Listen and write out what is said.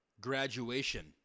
Graduation